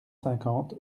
cinquante